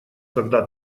когда